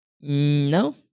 No